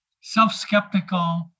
self-skeptical